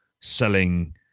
selling